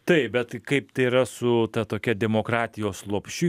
taip bet kaip tai yra su ta tokia demokratijos lopšiu